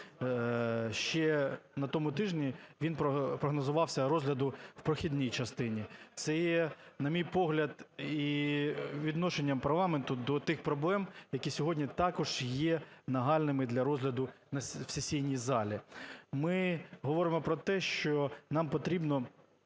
Ще на тому тижні він прогнозувався до розгляду в прохідній частині. Це є, на мій погляд, і відношенням парламенту до тих проблем, які сьогодні також є нагальними для розгляду в сесійній залі. Ми говоримо про те, що нам потрібно